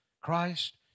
Christ